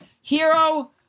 hero